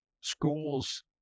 Schools